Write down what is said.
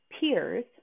peers